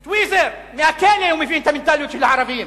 טוויזר, מהכלא הוא מבין את המנטליות של הערבים,